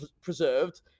preserved